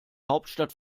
hauptstadt